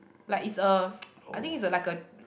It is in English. like it's a I think it's a like a